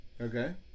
Okay